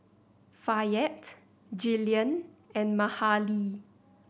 Fayette Jillian and Mahalie